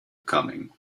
coming